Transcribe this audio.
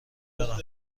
دارن